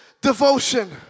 devotion